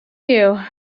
you